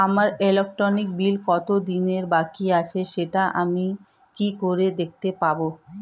আমার electric bill কত দিনের বাকি আছে সেটা আমি কি করে দেখতে পাবো?